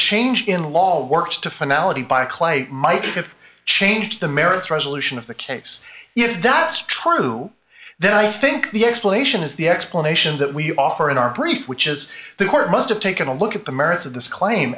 change in law works to finality by clay might if change the merits resolution of the chase if that's true then i think the explanation is the explanation that we offer in our brief which is the court must have taken a look at the merits of this claim